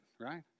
right